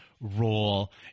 role